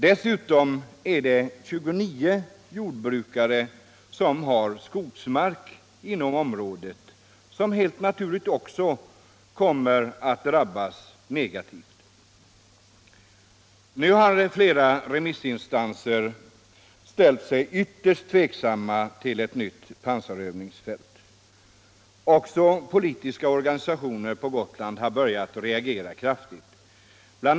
Dessutom har 29 jordbrukare skogsmark inom området, och de kommer helt naturligt också att drabbas. Nu har flera remissinstanser ställt sig ytterst tveksamma till ett nytt pansarövningsfält. Också politiska organisationer på Gotland har börjat reagera kraftigt. Bl.